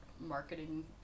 marketing